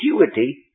perpetuity